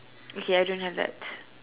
okay I don't have that